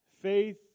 faith